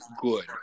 good